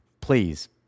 please